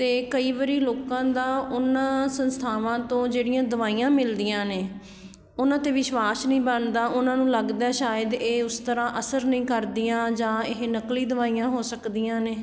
ਅਤੇ ਕਈ ਵਾਰੀ ਲੋਕਾਂ ਦਾ ਉਹਨਾਂ ਸੰਸਥਾਵਾਂ ਤੋਂ ਜਿਹੜੀਆਂ ਦਵਾਈਆਂ ਮਿਲਦੀਆਂ ਨੇ ਉਹਨਾਂ 'ਤੇ ਵਿਸ਼ਵਾਸ਼ ਨਹੀਂ ਬਣਦਾ ਉਹਨਾਂ ਨੂੰ ਲੱਗਦਾ ਸ਼ਾਇਦ ਇਹ ਉਸ ਤਰ੍ਹਾਂ ਅਸਰ ਨਹੀਂ ਕਰਦੀਆਂ ਜਾਂ ਇਹ ਨਕਲੀ ਦਵਾਈਆਂ ਹੋ ਸਕਦੀਆਂ ਨੇ